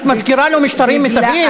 את מזכירה לו משטרים מסביב?